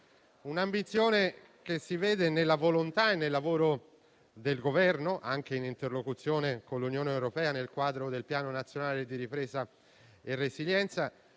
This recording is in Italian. Un'ambizione che si vede nella volontà e nel lavoro del Governo, anche in interlocuzione con l'Unione europea nel quadro del Piano nazionale di ripresa e resilienza;